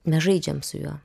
mes žaidžiam su juo